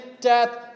death